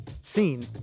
scene